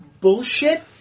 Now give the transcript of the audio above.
bullshit